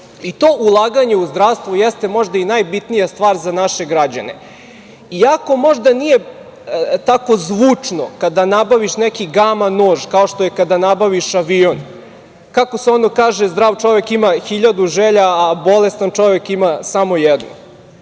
To ulaganje u zdravstvo jeste možda i najbitnija stvar za naše građane. Iako možda nije tako zvučno kada nabaviš neki gama-nož kao što je kada nabaviš avion, kako se ono kaže – zdrav čovek ima hiljadu želja, a bolestan čovek ima samo jednu.